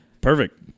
Perfect